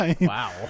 Wow